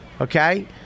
okay